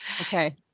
okay